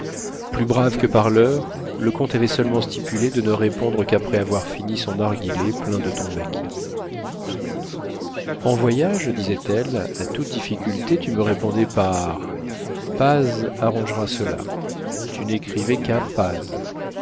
plus brave que parleur le comte avait seulement stipulé de ne répondre qu'après avoir fini son narguilé plein de tombaki en voyage disait-elle à toute difficulté tu me répondais par paz arrangera cela tu n'écrivais qu'à